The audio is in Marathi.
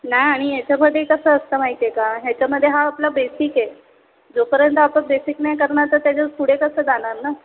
नाही आणि याच्यामध्ये कसं असतं माहिती आहे का ह्याच्यामध्ये हा आपला बेसिक आहे जोपर्यंत आपण बेसिक नाही करणार तर त्याच्यात पुढे कसं जाणार ना